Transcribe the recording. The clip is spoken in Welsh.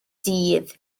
dydd